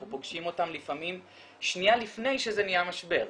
אנחנו פוגשים אותם לפעמים שניה לפני שזה נהיה משבר,